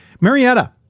Marietta